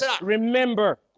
remember